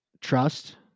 trust